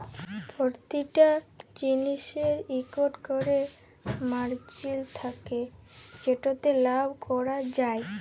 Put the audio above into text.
পরতিটা জিলিসের ইকট ক্যরে মারজিল থ্যাকে যেটতে লাভ ক্যরা যায়